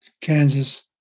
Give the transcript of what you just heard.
Kansas